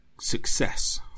success